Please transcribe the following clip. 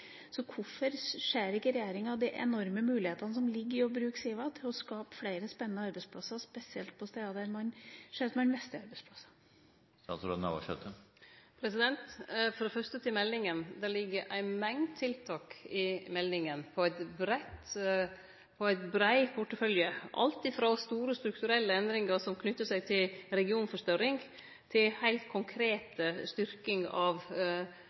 Hvorfor ser ikke regjeringa de enorme mulighetene som ligger i å bruke SIVA til å skape flere spennende arbeidsplasser, spesielt på steder hvor man ser at man mister arbeidsplasser? Fyrst til meldinga: Det ligg ei mengd tiltak, med ein brei portefølje, i meldinga – alt frå store strukturelle endringar knytte til regionforstørring, til heilt konkret styrking av